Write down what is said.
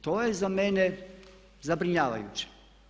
To je za mene zabrinjavajuće.